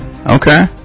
okay